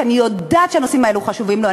שאני יודעת שהנושאים האלו חשובים לו,